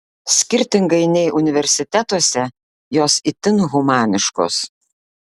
skirtingai nei universitetuose jos itin humaniškos